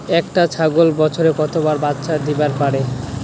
একটা ছাগল বছরে কতবার বাচ্চা দিবার পারে?